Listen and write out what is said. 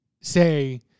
say